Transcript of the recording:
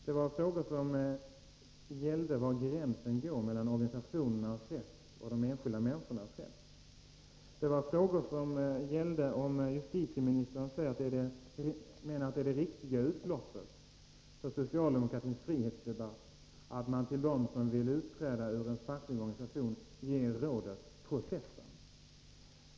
Det var frågor som gällde var gränsen går mellan organisationernas rätt och de enskilda människornas rätt. Det var frågor som gällde om justitieministern menar att det är det riktiga utloppet för socialdemokratins frihetsdebatt att man till dem som vill utträda ur den fackliga organisationen ger rådet: Processa!